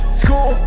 school